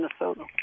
Minnesota